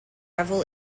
revel